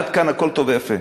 עד כאן הכול טוב ויפה.